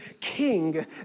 king